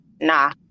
nah